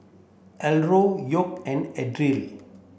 Eldora York and Adriel